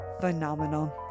phenomenal